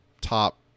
top